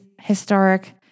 historic